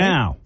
Now